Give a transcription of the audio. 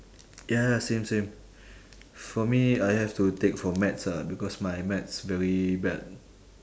ya lah same same for me I have to take for maths ah because my maths very bad